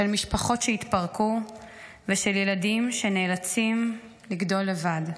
של משפחות שהתפרקו ושל ילדים שנאלצים לגדול לבד.